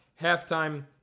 halftime